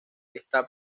está